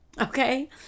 Okay